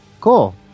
cool